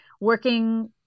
working